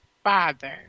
Father